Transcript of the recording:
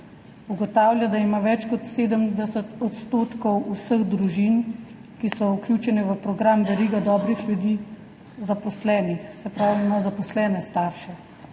Ugotavlja, da je več kot 70 odstotkov vseh družin, ki so vključene v program Veriga dobrih ljudi, zaposlenih, se pravi, ima zaposlene starše,